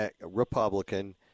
Republican